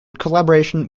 collaboration